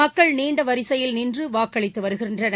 மக்கள் நீண்டவரிசையில் நின்று வாக்களித்து வருகிறார்கள்